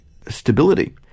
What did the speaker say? stability